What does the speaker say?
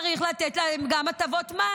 צריך לתת להם גם הטבות מס.